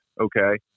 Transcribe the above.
Okay